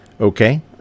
Okay